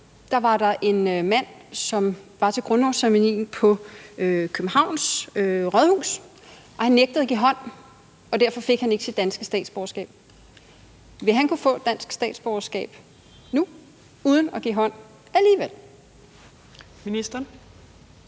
var der en mand, som var til grundlovsceremonien på Københavns Rådhus, og han nægtede at give hånd, og derfor fik han ikke sit danske statsborgerskab. Vil han alligevel kunne få et dansk statsborgerskab nu uden at give hånd? Kl. 14:46 Fjerde